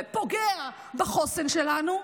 ופוגע בחוסן שלנו,